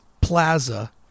plaza